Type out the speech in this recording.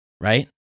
Right